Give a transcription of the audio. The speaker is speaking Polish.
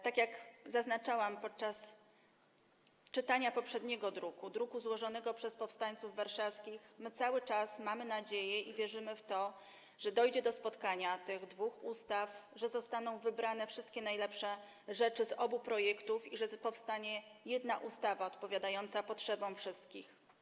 Tak jak zaznaczałam podczas czytania poprzedniego projektu - złożonego przez powstańców warszawskich, my cały czas mamy nadzieję i wierzymy w to, że dojdzie do spotkania w sprawie tych dwóch ustaw, że zostaną wybrane najlepsze rzeczy z obu projektów i że powstanie jedna ustawa odpowiadająca potrzebom wszystkich.